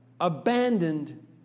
abandoned